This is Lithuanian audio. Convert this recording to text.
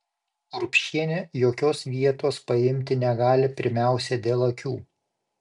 urbšienė jokios vietos paimti negali pirmiausia dėl akių